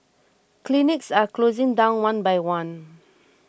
clinics are closing down one by one